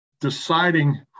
deciding